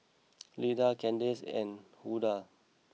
Lida Candace and Hulda